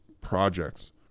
projects